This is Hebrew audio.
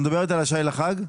את מדברת על השי לחג?